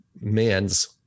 man's